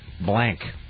Blank